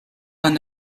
vingt